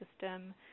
system